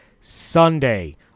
Sunday